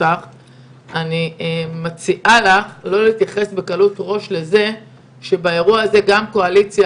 אני מציעה לך לא להתייחס בקלות ראש לזה שבאירוע הזה קם קואליציה